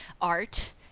art